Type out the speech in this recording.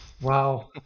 Wow